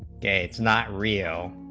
not real